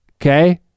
okay